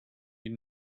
you